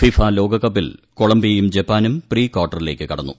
FIFA ലോകകപ്പിൽ കൊളംബിയയും ജപ്പാനും പ്രീ കാർട്ടറിലേക്ക് കടന്നു